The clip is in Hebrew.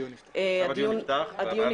הדיון נפתח.